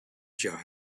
just